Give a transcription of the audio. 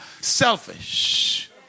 selfish